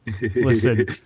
Listen